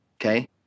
Okay